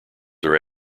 are